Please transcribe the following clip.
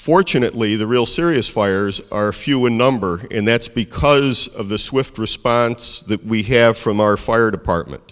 fortunately the real serious fires are few in number and that's because of the swift response that we have from our fire department